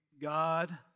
God